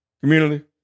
community